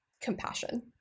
compassion